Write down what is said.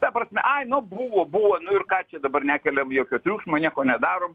ta prasme ai nu buvo buvo nu ir ką čia dabar nekeliam jokio triukšmo nieko nedarom